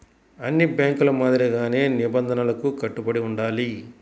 అన్ని బ్యేంకుల మాదిరిగానే నిబంధనలకు కట్టుబడి ఉండాలి